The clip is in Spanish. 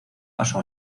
pasó